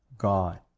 God